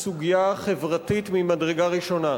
בסוגיה חברתית ממדרגה ראשונה.